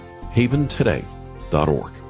Haventoday.org